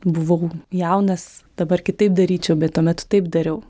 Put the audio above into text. buvau jaunas dabar kitaip daryčiau bet tuomet taip dariau